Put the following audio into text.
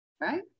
right